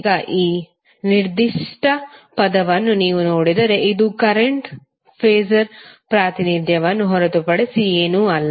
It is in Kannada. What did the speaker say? ಈಗ ಈ ನಿರ್ದಿಷ್ಟ ಪದವನ್ನು ನೀವು ನೋಡಿದರೆ ಇದು ಕರೆಂಟ್ ಫಾಸರ್ ಪ್ರಾತಿನಿಧ್ಯವನ್ನು ಹೊರತುಪಡಿಸಿ ಏನೂ ಅಲ್ಲ